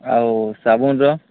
ଆଉ ସାବୁନ୍ର